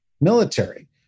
military